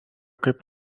kaip